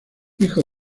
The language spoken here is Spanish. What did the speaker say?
hijo